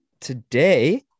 today